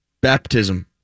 baptism